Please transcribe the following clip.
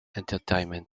entertainment